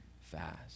fast